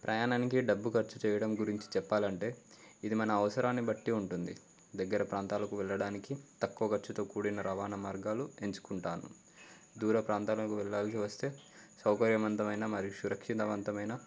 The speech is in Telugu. ప్రయాణానికి డబ్బు ఖర్చు చేయడం గురించి చెప్పాలి అంటే ఇది మన అవసరాన్ని బట్టి ఉంటుంది దగ్గర ప్రాంతాలకు వెళ్ళడానికి తక్కువ ఖర్చుతో కూడిన రవాణా మార్గాలు ఎంచుకుంటాను దూర ప్రాంతాలకు వెళ్ళాల్సి వస్తే సౌకర్యవంతమైన మరియు సురక్షితవంతమైన